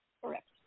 Correct